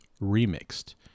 Remixed